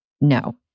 No